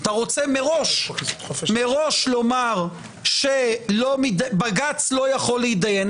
אתה רוצה מראש לומר שבג"ץ לא יכול להתדיין.